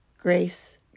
Grace